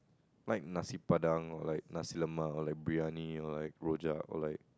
like Nasi-Padang or like nasi-lemak or like briyani or like rojak or like